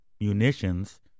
munitions